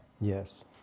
Yes